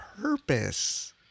purpose